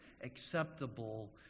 acceptable